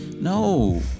No